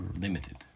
limited